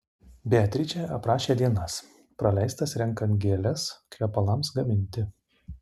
beatričė aprašė dienas praleistas renkant gėles kvepalams gaminti